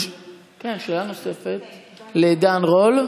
כן, שאלה נוספת, לעידן רול.